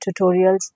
tutorials